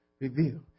Reveal